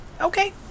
okay